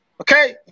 okay